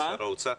לשר האוצר?